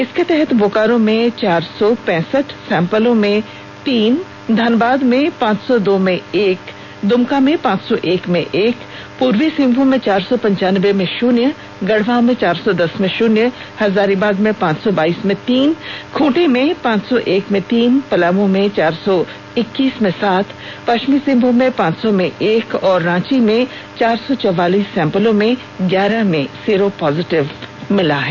इसके तहत बोकारो में चार सौ पैंसठ सैंपलों में तीन धनबाद में पांच सौ दो में एक दुमका में पांच सौ एक में एक पूर्वी सिंहभूम में चार सौ पंचानबे में शून्य गढ़वा में चार सौ दस में शुन्य हजारीबाग में पांच सौ बाईस में तीन खूंटी में पांच सौ एक में तीन पलामू में चार सौ इक्कीस में सात पश्चिमी सिंहभूम में पांच सौ में एक और रांची में चार सौ चौवालीस सैंपलों में ग्यारह में सिरो पॉजिटिव मिला है